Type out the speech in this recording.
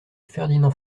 ferdinand